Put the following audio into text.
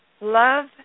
Love